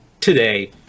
today